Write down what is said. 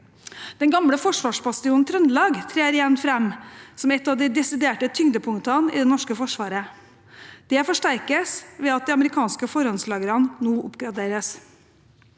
Den gamle forsvarsbastionen Trøndelag trer igjen fram som et av de desidert viktigste tyngdepunktene i det norske forsvaret. Det forsterkes ved at de amerikanske forhåndslagrene nå oppgraderes.